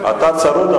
אתה צרוד,